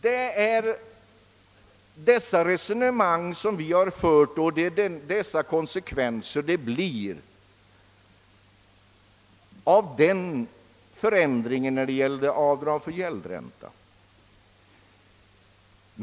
Det är dessa resonemang vi har fört och det är dessa konsekvenser det blir av förändringen när det gäller avdrag för gäldränta.